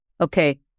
Okay